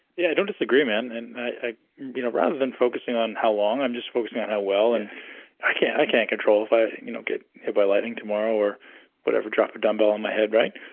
yeah, i don't disagree, man. and you know rather than focusing on how long, i'm just focusing on how well. and i can't i can't control if i you know get hit by lightning tomorrow, or whatever, drop a dumbbell on my head, right?